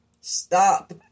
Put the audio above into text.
stop